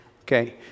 Okay